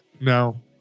No